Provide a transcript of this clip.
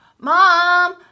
mom